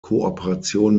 kooperation